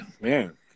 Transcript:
man